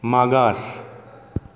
मागास